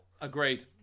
Agreed